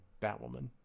Batwoman